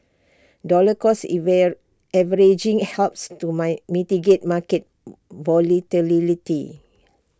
dollar cost averaging helps to my mitigate market volatility